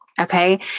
Okay